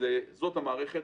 זאת המערכת,